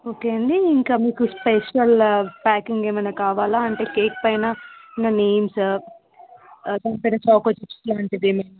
okay అండి ఇంకా మీకు స్పెషల్ ప్యాకింగ్ ఏమన్న కావాలా అంటే కేక్ పైన నేమ్స్ దాని పైన చాకో చిప్స్ లాంటిది ఏమన్న